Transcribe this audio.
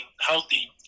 healthy